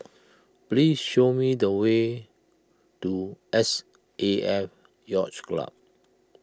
please show me the way to S A F Yacht Club